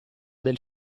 del